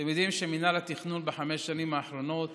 אתם יודעים שמינהל התכנון בחמש השנים האחרונות